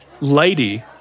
lady